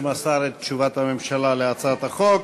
שמסר את תשובת הממשלה על הצעת החוק.